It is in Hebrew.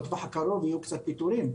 בטווח הקרוב יהיו קצת פיטורים,